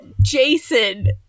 Jason